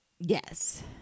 Yes